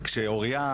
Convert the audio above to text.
כשאורייה,